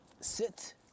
sit